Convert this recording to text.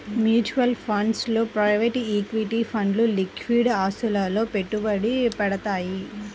mutual funds లో private equity ఫండ్లు liquid ఆస్తులలో పెట్టుబడి పెడతయ్యి